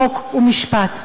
חוק ומשפט,